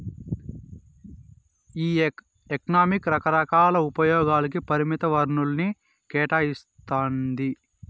ఈ ఎకనామిక్స్ రకరకాల ఉపయోగాలకి పరిమిత వనరుల్ని కేటాయిస్తాండాది